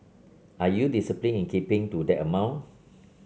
are you disciplined in keeping to that amount